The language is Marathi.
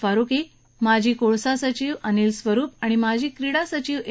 फारुकी माजी कोळसा सचीव अनिल स्वरुप आणि माजी क्रीडा सचिव ए